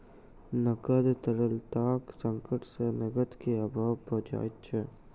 नकद तरलताक संकट सॅ नकद के अभाव भ जाइत छै